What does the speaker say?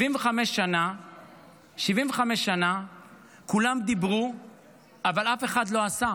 75 שנה כולם דיברו אבל אף אחד לא עשה.